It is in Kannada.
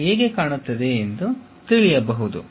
ಅದು ಹೇಗೆ ಕಾಣುತ್ತದೆ ಎಂದು ತಿಳಿಯಬಹುದು